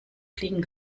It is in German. fliegen